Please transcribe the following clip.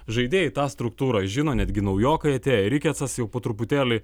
žaidėjai tą struktūrą žino netgi naujokai atėję rikecas jau po truputėlį